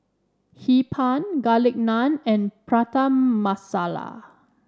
Hee Pan Garlic Naan and Prata Masala